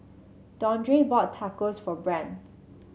Dondre bought Tacos for Brandt